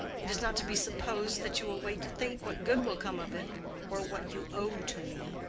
it is not to be supposed that you will wait to think what good will come of it or what you owe to me.